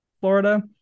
Florida